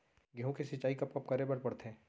गेहूँ के सिंचाई कब कब करे बर पड़थे?